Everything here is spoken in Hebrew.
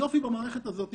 היופי במערכת הזאת,